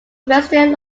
western